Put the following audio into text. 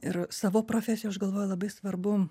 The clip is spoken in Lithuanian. ir savo profesijoj aš galvoju labai svarbu